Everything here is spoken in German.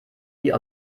die